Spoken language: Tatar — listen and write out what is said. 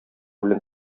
белән